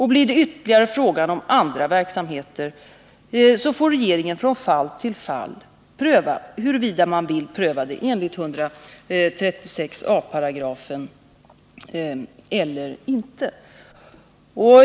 Blir det fråga om ytterligare verksamheter får regeringen från fall till fall avgöra huruvida man vill pröva förslagen enligt 136 a § eller inte.